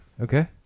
okay